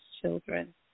Children